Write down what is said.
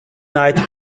айтып